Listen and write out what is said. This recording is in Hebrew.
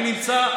אני נמצא,